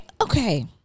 Okay